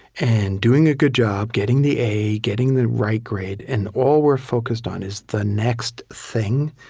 and doing a good job, getting the a, getting the right grade, and all we're focused on is the next thing,